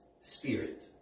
spirit